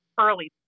early